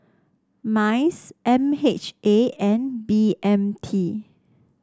MICE M H A and B M T